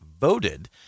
voted